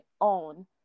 own